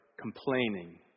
complaining